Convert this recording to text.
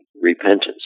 repentance